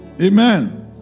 Amen